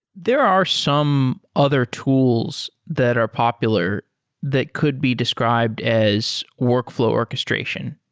there are some other tools that are popular that could be described as workflow orchestration.